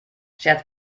scherz